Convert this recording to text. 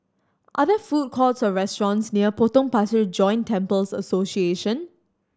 are there food courts or restaurants near Potong Pasir Joint Temples Association